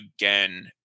again